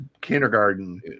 kindergarten